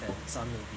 and some may be